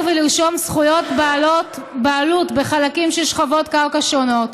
ולרשום זכויות בעלות בחלקים של שכבות קרקע שונות.